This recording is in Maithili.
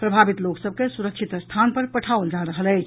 प्रभावित लोक सभ के सुरक्षित स्थान पर पठाओल जा रहल अछि